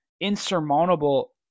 insurmountable